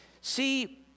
See